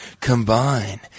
combine